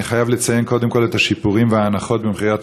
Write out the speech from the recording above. אני חייב לציין קודם כול את השיפורים וההנחות במחירי